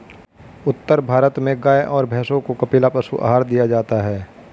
उत्तर भारत में गाय और भैंसों को कपिला पशु आहार दिया जाता है